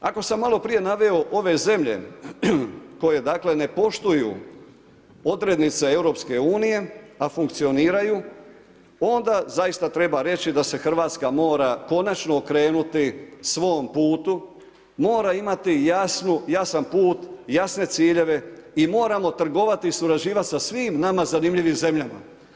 Ako sam maloprije naveo ove zemlje koje dakle ne poštuju odrednice EU-a a funkcioniraju, onda zaista treba reći da se Hrvatska mora konačno okrenuti svom putu, mora imati jasan put, jasne ciljeve i moram trgovati i surađivati sa svim nama zanimljivim zemljama.